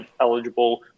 eligible